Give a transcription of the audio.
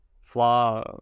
flaw